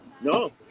No